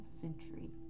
century